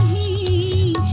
e